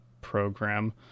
program